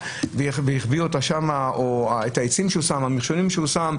ויחביא אותה בבית או ישים את המכשולים שהוא הניח.